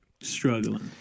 Struggling